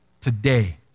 today